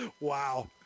Wow